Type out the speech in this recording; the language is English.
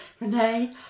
Renee